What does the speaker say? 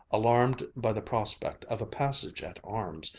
alarmed by the prospect of a passage-at-arms,